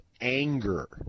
anger